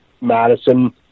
Madison